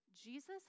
Jesus